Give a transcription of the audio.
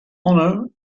honor